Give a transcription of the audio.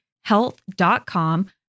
Health.com